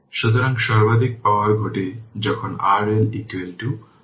সুতরাং সর্বাধিক পাওয়ার ঘটে যখন RL RThevenin